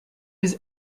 was